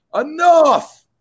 enough